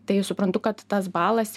tai suprantu kad tas balas